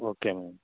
ఓకేనండి